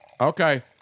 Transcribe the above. Okay